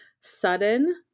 Sudden